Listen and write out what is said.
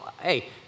hey